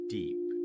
deep